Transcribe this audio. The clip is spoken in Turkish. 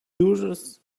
durres